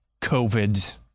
COVID